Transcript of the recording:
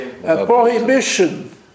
prohibition